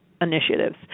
initiatives